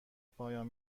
پایان